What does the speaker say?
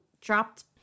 dropped